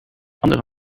andere